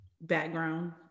background